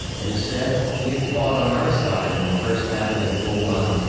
it is said he had fought on our side in the first battle at bull run,